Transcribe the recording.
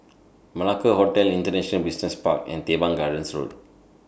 Malacca Hotel International Business Park and Teban Gardens Road